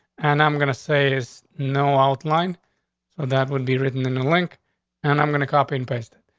and i'm gonna say is no outline. so that would be written in the link and i'm gonna copy and paste it.